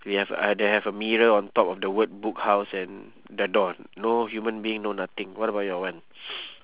we have uh they have a mirror on top of the word book house and the door no human being no nothing what about your one